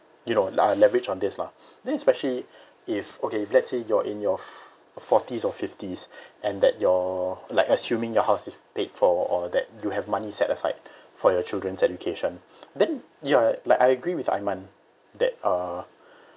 you know uh leverage on this lah then especially if okay let's say you're in your forties or fifties and that your like assuming your house is paid for or that you have money set aside for your children's education then ya like I agree with iman that uh